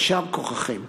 יישר כוחכם.